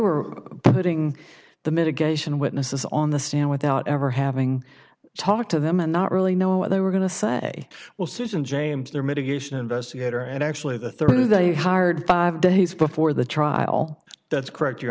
were putting the mitigation witnesses on the stand without ever having talked to them and not really know what they were going to say well susan james there mitigation investigator and actually the through they hired five days before the trial that's correct you